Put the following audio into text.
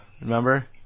Remember